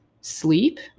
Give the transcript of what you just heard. Sleep